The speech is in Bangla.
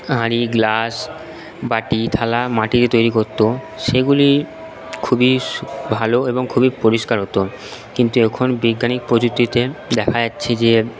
হাঁড়ি গ্লাস বাটি থালা মাটির তৈরি করতো সেগুলি খুবই ভালো এবং খুবই পরিষ্কার হতো কিন্তু এখন বিজ্ঞানিক প্রযুক্তিতে দেখা যাচ্ছে যে